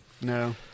No